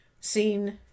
seen